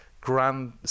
grand